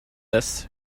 this